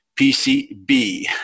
PCB